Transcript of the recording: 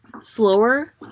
slower